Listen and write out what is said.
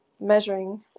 measuring